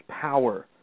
power